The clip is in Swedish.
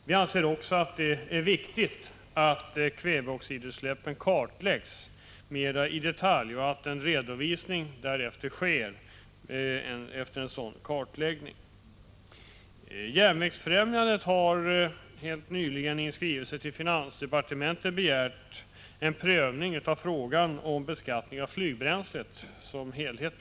Vi anser även att det är viktigt att kväveoxidutsläppen kartläggs mera i detalj och att därefter en redovisning lämnas. Järnvägsfrämjandet har helt nyligen i skrivelse till finansdepartementet begärt en prövning av frågan om beskattning av flygbränslet som helhet.